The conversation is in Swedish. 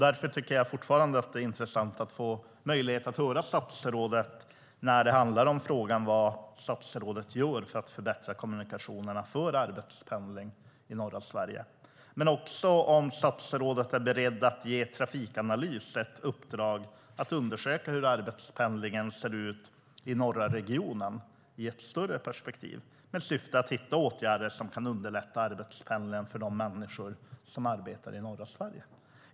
Därför tycker jag fortfarande att det vore intressant att få möjlighet att höra vad statsrådet gör för att förbättra kommunikationerna för arbetspendling i norra Sverige, samt om statsrådet är beredd att ge Trafikanalys i uppdrag att undersöka hur arbetspendlingen ser ut i den norra regionen i ett större perspektiv. Det senare skulle vara med syfte att hitta åtgärder som kan underlätta arbetspendlingen för de människor som arbetar i norra Sverige.